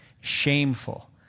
shameful